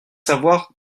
savoir